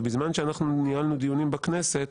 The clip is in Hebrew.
ובזמן שאנחנו ניהלנו דיונים בכנסת,